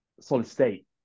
solid-state